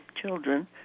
children